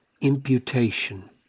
imputation